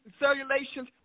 cellulations